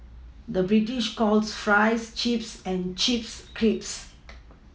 the British calls Fries Chips and Chips Crisps